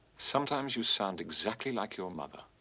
sometimes you sound exactly like your mother.